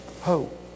Hope